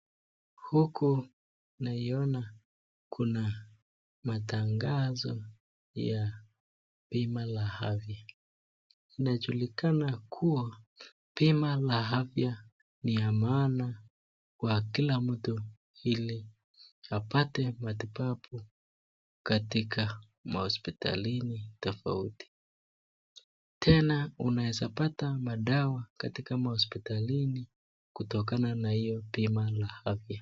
Huku naiona kuna matangazo ya bima la afya. Inajulikana kuwa bima la afya ni ya maana kwa kila mtu ili apate matibabu katika mahospitalini tofauti, tena unaweza pata madawa katika mahospitalini kutokana na hiyo bima la afya.